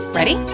Ready